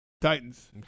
Titans